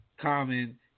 Common